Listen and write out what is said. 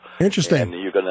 Interesting